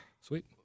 Sweet